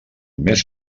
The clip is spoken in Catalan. més